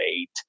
Eight